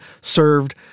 served